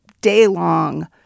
day-long